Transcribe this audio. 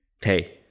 hey